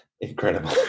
Incredible